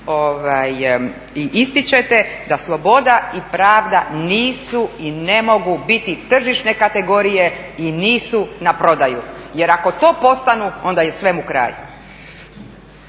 i ističete, da sloboda i pravda nisu i ne mogu biti tržišne kategorije i nisu na prodaju jer ako to postanu onda je svemu kraj.